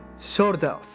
shoulders